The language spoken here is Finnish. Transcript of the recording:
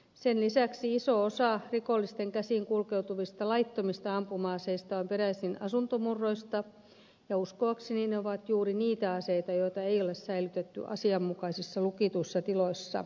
sen lisäksi iso osa rikollisten käsiin kulkeutuvista laittomista ampuma aseista on peräisin asuntomurroista ja uskoakseni ne ovat juuri niitä aseita joita ei ole säilytetty asianmukaisissa lukituissa tiloissa